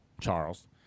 Charles